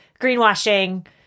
greenwashing